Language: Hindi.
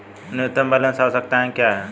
न्यूनतम बैलेंस आवश्यकताएं क्या हैं?